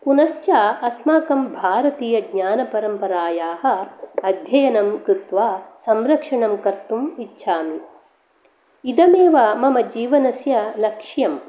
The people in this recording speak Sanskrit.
पुनःश्च अस्माकं भारतीयज्ञानपरम्परायाः अध्ययनं कृत्वा संरक्षणं कर्तुम् इच्छामि इदमेव मम जीवनस्य लक्ष्यम्